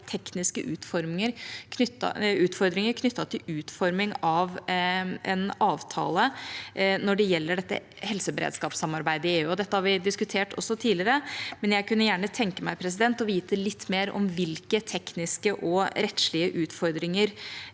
tekniske utfordringer knyttet til utforming av en avtale når det gjelder helseberedskapssamarbeidet i EU. Dette har vi diskutert også tidligere, men jeg kunne gjerne tenke meg å vite litt mer om hvilke tekniske og rettslige utfordringer